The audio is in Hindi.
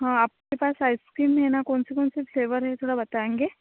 हाँ आपके पास आइस क्रीम है ना कौन से कौन से फ्लेवर हैं ज़रा बताएंगे